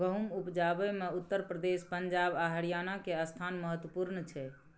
गहुम उपजाबै मे उत्तर प्रदेश, पंजाब आ हरियाणा के स्थान महत्वपूर्ण छइ